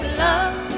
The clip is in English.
love